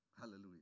Hallelujah